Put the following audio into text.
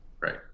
Right